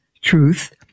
truth